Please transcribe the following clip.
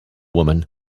woman